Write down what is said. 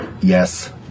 yes